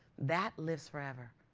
that lives forever.